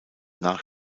nach